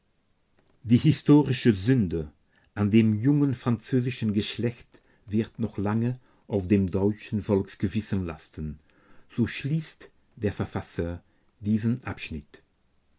die historische sünde an dem jungen französischen geschlecht wird noch lange auf dem deutschen volksgewissen lasten so schließt der verfasser diesen abschnitt